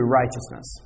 righteousness